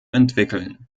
entwickeln